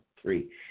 Three